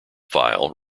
file